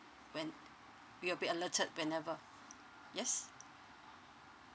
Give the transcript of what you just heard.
when you will be alerted whenever yes